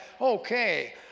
okay